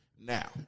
now